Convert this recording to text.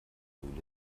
mühle